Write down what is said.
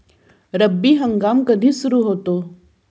रब्बी हंगाम कधी सुरू होतो?